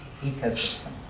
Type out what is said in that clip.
ecosystems